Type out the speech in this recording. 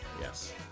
Yes